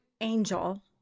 angel